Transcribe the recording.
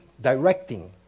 directing